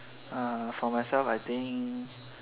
uh for myself I think